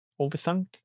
overthink